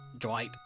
Dwight